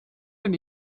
den